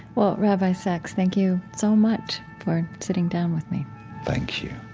well, rabbi sacks, thank you so much for sitting down with me thank you